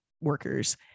workers